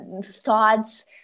Thoughts